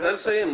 תתחיל לסיים.